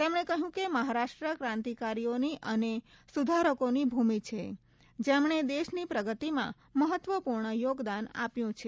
તેમણે કહ્યું કે મહારાષ્ટ્ર કાંતિકારીઓની અને સુધારકોની ભૂમિ છે જેમણે દેશની પ્રગતિમાં મહત્વપૂર્ણ યોગદાન આપ્યું છે